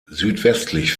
südwestlich